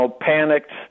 panicked